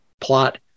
plot